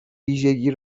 ویژگی